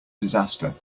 disaster